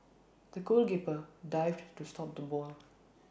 the goalkeeper dived to stop the ball